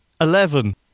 Eleven